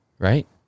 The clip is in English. Right